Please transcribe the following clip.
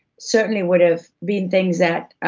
certainly would've been things that,